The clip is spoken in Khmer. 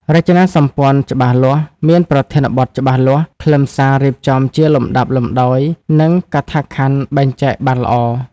រចនាសម្ព័ន្ធច្បាស់លាស់ មានប្រធានបទច្បាស់លាស់ ខ្លឹមសាររៀបចំជាលំដាប់លំដោយ និងកថាខណ្ឌបែងចែកបានល្អ។